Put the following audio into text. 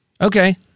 Okay